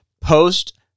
post